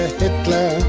hitler